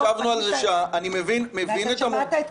דברים, חשבתי שנכון לדון לא רק בתאריך אלא גם בכל